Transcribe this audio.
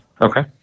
okay